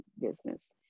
business